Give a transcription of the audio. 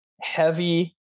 heavy